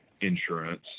insurance